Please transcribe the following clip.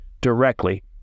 directly